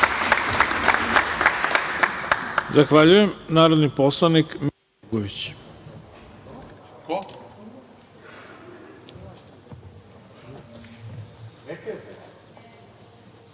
Zahvaljujem. Narodni poslanik Milan Jugović.